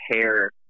hair